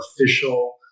official